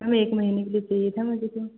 हमें एक महीने के लिए चाहिए था मुझे तो